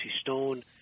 Stone